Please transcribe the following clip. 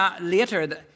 later